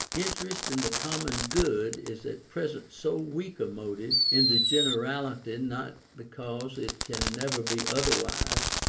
interest in the common good is at present so weak a motive in the generality not because it can never be otherwise,